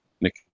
Nick